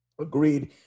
Agreed